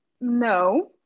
No